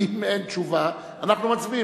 כי אם אין תשובה אנחנו מצביעים.